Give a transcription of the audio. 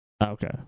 Okay